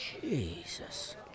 Jesus